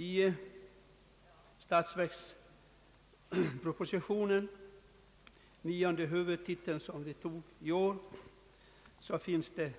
I årets statsverksproposition, nionde huvudtiteln, finns en punkt som heter